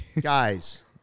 guys